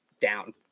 down